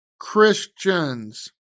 Christians